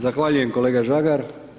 Zahvaljujem kolega Žagar.